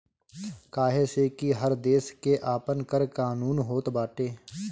काहे से कि हर देस के आपन कर कानून होत बाटे